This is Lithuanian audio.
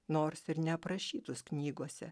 nors ir neaprašytus knygose